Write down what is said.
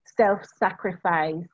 self-sacrifice